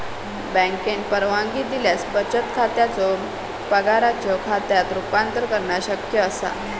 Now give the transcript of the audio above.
बँकेन परवानगी दिल्यास बचत खात्याचो पगाराच्यो खात्यात रूपांतर करणा शक्य असा